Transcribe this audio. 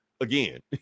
again